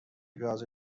گاز